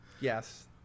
Yes